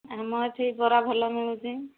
ଆମ ଏଠି ବରା ଭଲ ମିଳୁଛି